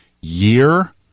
year